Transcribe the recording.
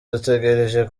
dutegereje